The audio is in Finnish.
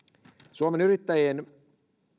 suomen yrittäjien